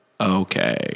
Okay